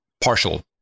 partial